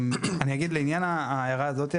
אני אגיד לעניין ההערה הזאת,